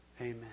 Amen